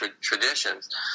traditions